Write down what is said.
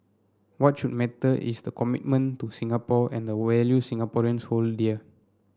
what should matter is the commitment to Singapore and the values Singaporeans hold dear